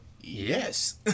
yes